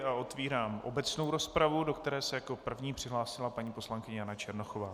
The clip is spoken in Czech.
Otevírám obecnou rozpravu, do které se jako první přihlásila paní poslankyně Jana Černochová.